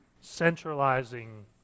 centralizing